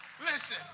Listen